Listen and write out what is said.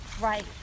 Right